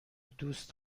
دوست